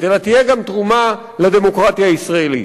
אלא תהיה גם תרומה לדמוקרטיה הישראלית.